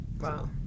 Wow